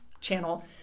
channel